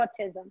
autism